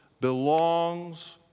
belongs